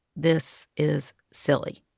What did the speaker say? this is silly.